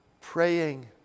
praying